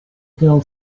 girl